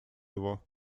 его